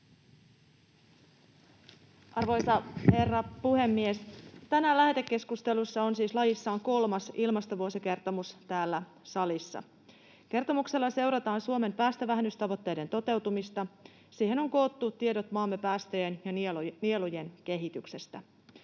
Arvoisa herra puhemies! Tänään lähetekeskustelussa on siis lajissaan kolmas ilmastovuosikertomus täällä salissa. Kertomuksella seurataan Suomen päästövähennystavoitteiden toteutumista. Siihen on koottu tiedot maamme päästöjen ja nielujen kehityksestä.